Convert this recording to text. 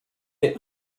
est